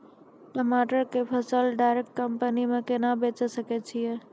टमाटर के फसल डायरेक्ट कंपनी के केना बेचे सकय छियै?